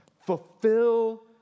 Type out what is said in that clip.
fulfill